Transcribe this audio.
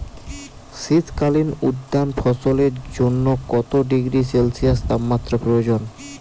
শীত কালীন উদ্যান ফসলের জন্য কত ডিগ্রী সেলসিয়াস তাপমাত্রা প্রয়োজন?